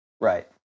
Right